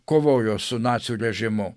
kovojo su nacių režimu